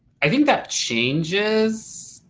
i think that changes.